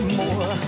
more